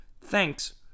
Thanks